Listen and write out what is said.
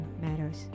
matters